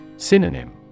Synonym